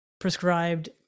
prescribed